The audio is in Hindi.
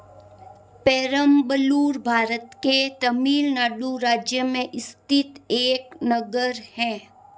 पेरम्बलूर भारत के तमिलनाडु राज्य में स्थित एक नगर है